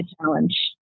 challenge